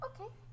Okay